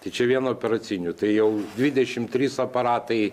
tai čia vien operacinių tai jau dvidešimt trys aparatai